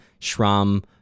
Shram